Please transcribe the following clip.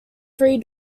three